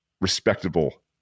respectable